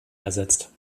ersetzt